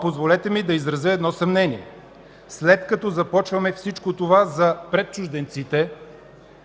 Позволете ми да изразя едно съмнение. След като започваме всичко това за „пред чужденците”